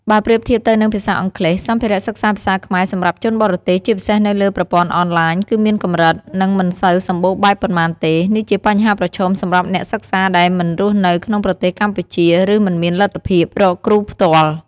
បើប្រៀបធៀបទៅនឹងភាសាអង់គ្លេស សម្ភារៈសិក្សាភាសាខ្មែរសម្រាប់ជនបរទេស ជាពិសេសនៅលើប្រព័ន្ធអនឡាញ គឺមានកម្រិត និងមិនសូវសម្បូរបែបប៉ុន្មានទេ។ នេះជាបញ្ហាប្រឈមសម្រាប់អ្នកសិក្សាដែលមិនរស់នៅក្នុងប្រទេសកម្ពុជា ឬមិនមានលទ្ធភាពរកគ្រូផ្ទាល់។